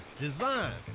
design